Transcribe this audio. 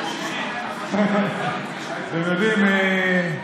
אתם יודעים,